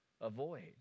avoid